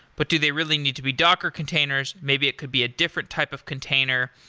but do they really need to be docker containers? maybe it could be a different type of container.